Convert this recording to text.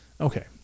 Okay